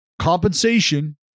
compensation